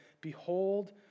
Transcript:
Behold